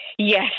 Yes